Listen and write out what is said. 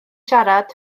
siarad